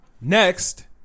Next